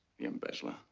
the embezzler,